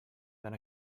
than